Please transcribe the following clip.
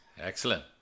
Excellent